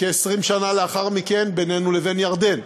וכ-20 שנה לאחר מכן בינינו לבין ירדן.